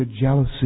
Jealousy